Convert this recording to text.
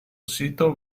sito